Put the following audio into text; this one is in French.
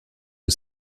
aux